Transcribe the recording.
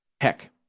Heck